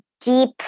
deep